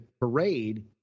parade